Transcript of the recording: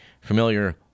familiar